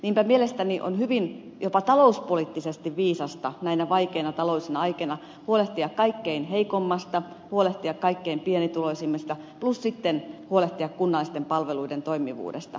niinpä mielestäni on hyvin jopa talouspoliittisesti viisasta näinä vaikeina taloudellisina aikoina huolehtia kaikkein heikoimmista huolehtia kaikkein pienituloisimmista plus sitten huolehtia kunnallisten palveluiden toimivuudesta